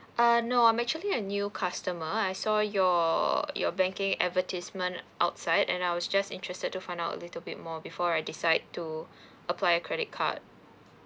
uh no I'm actually a new customer I saw your your banking advertisement outside and I was just interested to find out a little bit more before I decide to apply a credit card